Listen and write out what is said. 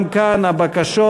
גם כאן הבקשות,